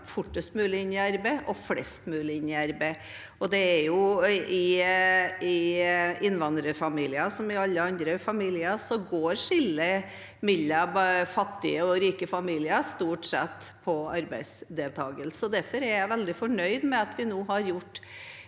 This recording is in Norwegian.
fortest mulig inn i arbeid og flest mulig inn i arbeid. I innvandrerfamilier – som i alle andre familier – går skillet mellom fattige og rike familier stort sett på arbeidsdeltakelse. Derfor er jeg veldig fornøyd med at vi nå har tatt